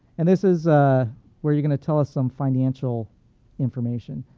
and this is where you're going to tell us some financial information.